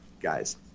guys